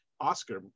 Oscar